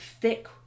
thick